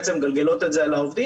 בעצם מגלגלות את זה על העובדים,